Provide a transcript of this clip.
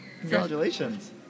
Congratulations